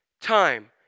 time